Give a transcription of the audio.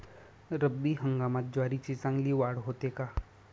रब्बी हंगामात ज्वारीची चांगली वाढ होते का?